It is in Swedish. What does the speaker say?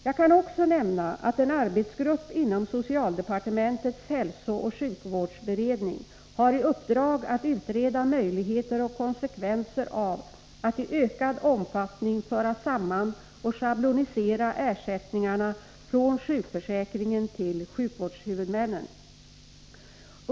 Jag kan också nämna att en arbetsgrupp inom socialdepartementets hälsooch sjukvårdsberedning har i uppdrag att utreda möjligheter och konsekvenser av att i ökad omfattning föra samman och schablonisera ersättningarna från sjukförsäkringen till sjukvårdshuvudmännen.